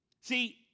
See